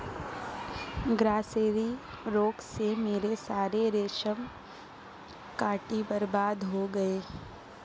grasserie रोग से मेरे सारे रेशम कीट बर्बाद हो गए